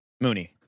Mooney